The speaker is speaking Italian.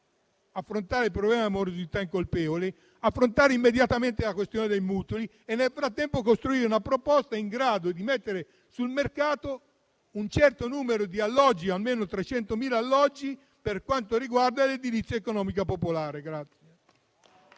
affrontare il problema della morosità incolpevole e immediatamente la questione dei mutui, ma, nel frattempo, costruire anche una proposta in grado di mettere sul mercato un certo numero di alloggi (almeno 300.000 per quanto riguarda l'edilizia economica popolare).